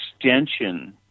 extension